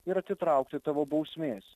ir atitraukti tavo bausmės